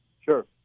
Sure